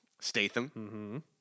Statham